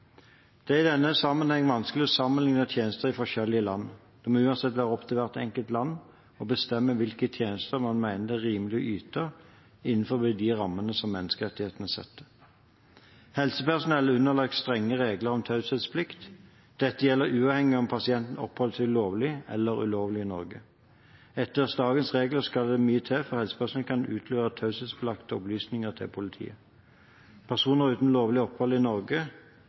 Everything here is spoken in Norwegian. Det er i denne sammenheng vanskelig å sammenligne tjenester i forskjellige land. Det må uansett være opp til hvert enkelt land å bestemme hvilke tjenester man mener det er rimelig å yte innenfor de rammene menneskerettighetene setter. Helsepersonell er underlagt strenge regler om taushetsplikt. Dette gjelder uavhengig av om pasienten oppholder seg lovlig eller ulovlig i Norge. Etter dagens regler skal det mye til for at helsepersonell kan utlevere taushetsbelagte opplysninger til politiet. Personer uten lovlig opphold i Norge